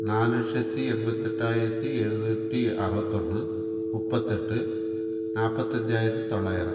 நாலு லட்சத்தி எண்பத்தெட்டாயிரத்தி எழுபத்தி அறுபத்தொன்னு முப்பத்தெட்டு நாற்பத்தஞ்சாயிரத்தி தொள்ளாயிரம்